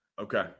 Okay